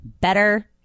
better